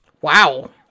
Wow